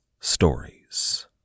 stories